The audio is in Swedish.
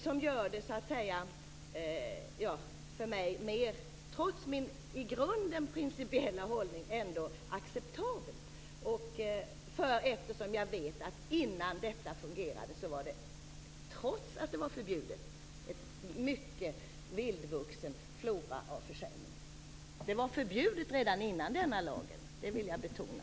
Det gör detta, trots min i grunden principiella hållning, ändå acceptabelt. Jag vet ju att innan detta fungerade var det trots att det var förbjudet, en mycket vildvuxen flora av försäljning. Det var förbjudet redan före den här lagen, det vill jag betona.